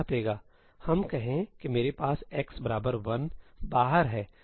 हम कहें कि मेरे पास 'x 1' बाहर है